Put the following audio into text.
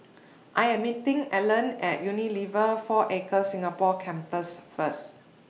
I Am meeting Allean At Unilever four Acres Singapore Campus First